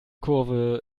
kurve